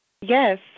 Yes